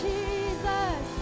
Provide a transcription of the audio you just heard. Jesus